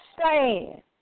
stand